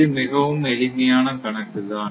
இது மிகவும் எளிமையான கணக்குதான்